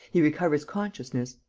he recovers consciousness.